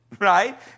right